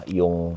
yung